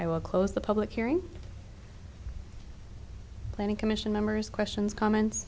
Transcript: i will close the public hearing planning commission members questions comments